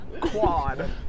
Quad